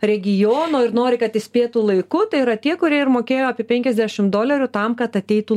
regiono ir nori kad įspėtų laiku tai yra tie kurie ir mokėjo apie penkiasdešim dolerių tam kad ateitų